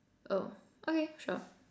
oh okay sure